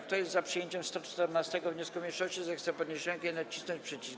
Kto jest za przyjęciem 114. wniosku mniejszości, zechce podnieść rękę i nacisnąć przycisk.